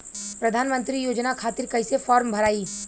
प्रधानमंत्री योजना खातिर कैसे फार्म भराई?